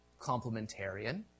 complementarian